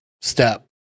step